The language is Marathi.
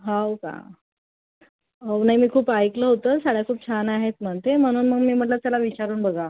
हो का हो नाही मी खूप ऐकलं होतं साड्या खूप छान आहेत म्हणते म्हणून मग मी म्हटलं चला विचारून बघा